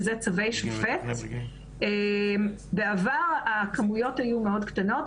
שאלה צווי שופט - בעבר הכמויות היו מאוד קטנות.